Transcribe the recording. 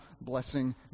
blessing